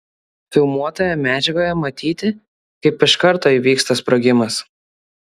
filmuotoje medžiagoje matyti kaip iš karto įvyksta sprogimas